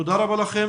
תודה רבה לכם.